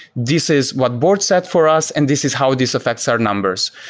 this is what board set for us, and this is how ah this affects our numbers.